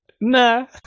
Nah